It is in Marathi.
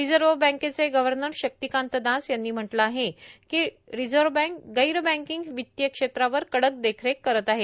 रिझर्व बँकेचे गर्व्हनर शक्तिकांत दास यांनी म्हटलं आहे की रिझर्व बँक गैर बँकिंग वित्तीय क्षेत्रावर कडक देखरेख करत आहे